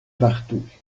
partout